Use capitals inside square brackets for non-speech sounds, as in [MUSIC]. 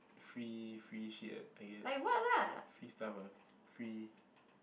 free free shit I guess [BREATH] free stuff ah free